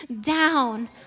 down